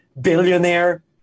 billionaire